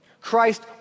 Christ